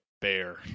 bear